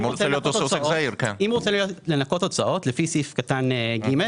אם הוא רוצה לנכות הוצאות לפי סעיף קטן (ג),